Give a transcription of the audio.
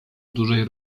dużej